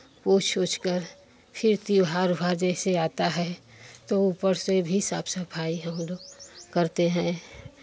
पोछ उछ कर फिर त्योहार उहार जैसे आता है तो ऊपर से भी साफ सफाई हम लोग करते हैं